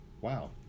Wow